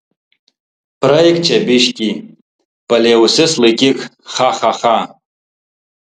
praeik čia biškį palei ausis laikyk cha cha cha